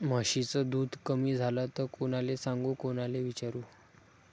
म्हशीचं दूध कमी झालं त कोनाले सांगू कोनाले विचारू?